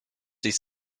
these